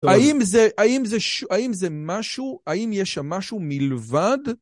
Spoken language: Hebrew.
האם זה משהו, האם יש שם משהו מלבד?